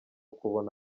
kubona